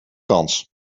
kans